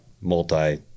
multi